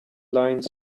lines